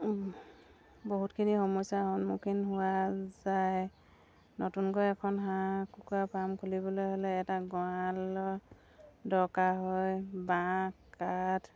বহুতখিনি সমস্যাৰ সন্মুখীন হোৱা যায় নতুনকৈ এখন হাঁহ কুকুৰা ফাৰ্ম খুলিবলৈ হ'লে এটা গড়ালৰ দৰকাৰ হয় বাঁহ কাঠ